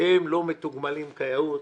שהם לא מתוגמלים כיאות.